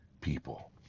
people